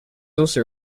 also